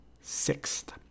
sixth